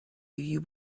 you